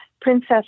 Princess